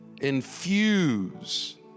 infuse